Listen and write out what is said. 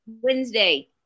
Wednesday